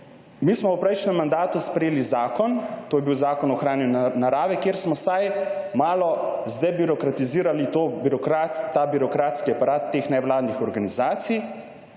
Mi smo v prejšnjem mandatu sprejeli zakon, to je bil Zakon o ohranjanju narave, kjer smo vsaj malo zdebirokratizirali birokratski aparat teh nevladnih organizacij,